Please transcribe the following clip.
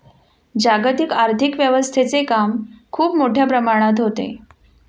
जागतिक आर्थिक व्यवस्थेचे काम खूप मोठ्या प्रमाणात होते